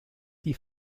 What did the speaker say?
die